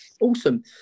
Awesome